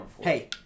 Hey